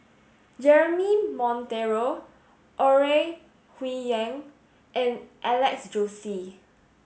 Jeremy Monteiro Ore Huiying and Alex Josey